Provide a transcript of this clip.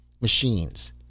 Machines